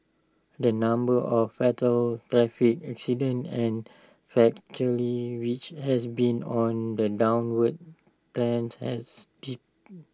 the number of fatal traffic accidents and which has been on the downward trend has dipped